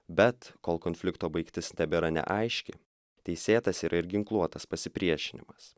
bet kol konflikto baigtis tebėra neaiški teisėtas yra ir ginkluotas pasipriešinimas